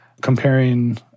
comparing